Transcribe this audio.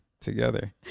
together